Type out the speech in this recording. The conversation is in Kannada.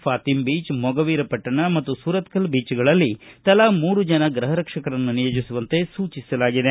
ಫಾತಿಮ ಬೀಚ್ ಮೊಗವೀರಪಟ್ಟ ಮತ್ತು ಸುರತ್ಕಲ್ ಬೀಚ್ಗಳಲ್ಲಿ ತಲಾ ಮೂರು ಮಂದಿ ಗೃಹ ರಕ್ವಕರನ್ನು ನಿಯೋಜಿಸುವಂತೆ ಸೂಚಿಸಲಾಗಿದೆ